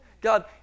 God